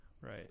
Right